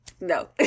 no